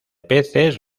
peces